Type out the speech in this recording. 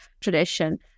tradition